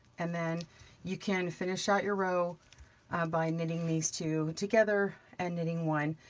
and then you can finish out your row by knitting these two together and knitting one.